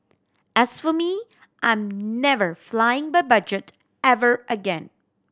as for me I'm never flying by budget ever again